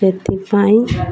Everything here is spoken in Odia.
ସେଥିପାଇଁ